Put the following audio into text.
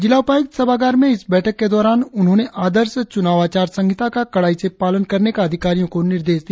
जिला उपायुक्त सभागार में इस बैठक के दौरान उन्होंने आदर्श चुनाव आचार संहिता का कड़ाई से पालन करने का अधिकारियों को निर्देश दिया